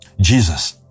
Jesus